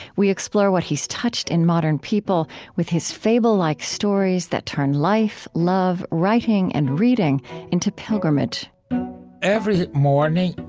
we explore what he's touched in modern people with his fable-like stories that turn life, love, writing, and reading into pilgrimage every morning,